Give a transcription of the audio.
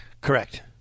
Correct